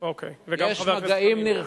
אוקיי, וגם חבר הכנסת חנין.